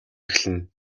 эхэлнэ